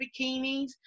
bikinis